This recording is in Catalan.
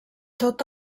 tot